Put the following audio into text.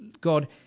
God